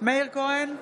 מאיר כהן,